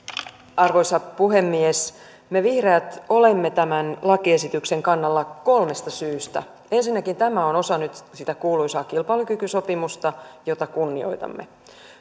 arvoisa puhemies me vihreät olemme tämän lakiesityksen kannalla kolmesta syystä ensinnäkin tämä on osa nyt sitä kuuluisaa kilpailukykysopimusta jota kunnioitamme